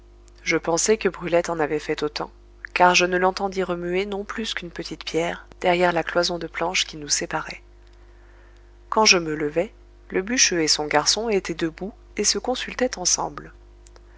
je pensai que brulette en avait fait autant car je ne l'entendis remuer non plus qu'une petite pierre derrière la cloison de planches qui nous séparait quand je me levai le bûcheux et son garçon étaient debout et se consultaient ensemble